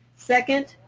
second,